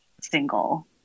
single